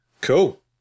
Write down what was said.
Cool